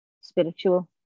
spiritual